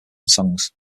songs